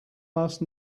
ask